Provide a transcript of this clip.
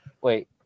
Wait